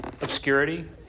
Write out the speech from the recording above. obscurity